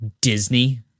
Disney